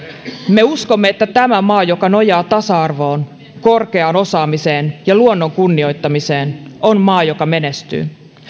me uskomme että tämä maa joka nojaa tasa arvoon korkeaan osaamiseen ja luonnon kunnioittamiseen on maa joka menestyy